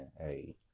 Hey